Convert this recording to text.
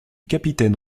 capitaine